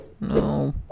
No